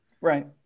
right